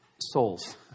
souls